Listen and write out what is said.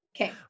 Okay